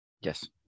Yes